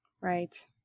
Right